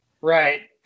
Right